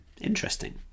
Interesting